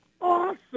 awesome